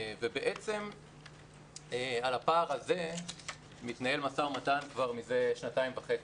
על הפער הזה מתנהל משא-ומתן זה שנתיים וחצי.